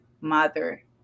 mother